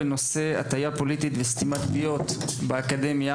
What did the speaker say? בנושא הטיה פוליטית וסתימת פיות באקדמיה.